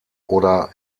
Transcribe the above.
oder